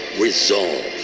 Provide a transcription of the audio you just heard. resolve